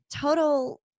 total